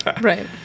Right